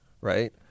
right